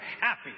happy